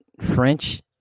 French